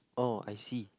oh I see